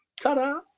Ta-da